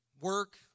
work